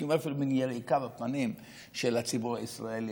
הייתי אומר אפילו מין יריקה בפנים של הציבור הישראלי.